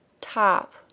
top